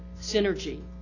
synergy